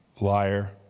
Liar